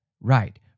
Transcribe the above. Right